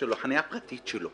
לחניה הפרטית שלו